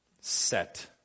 Set